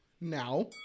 now